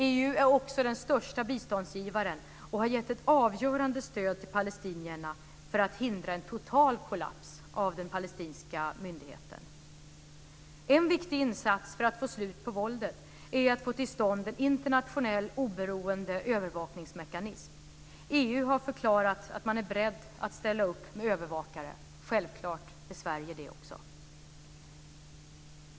EU är också den största biståndsgivaren och har gett ett avgörande stöd till palestinierna för att hindra en total kollaps av den palestinska myndigheten. En viktig insats för att få slut på våldet är att få till stånd en internationell oberoende övervakningsmekanism. EU har förklarat att man är beredd att ställa upp med övervakare. Självklart är Sverige det också.